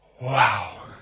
Wow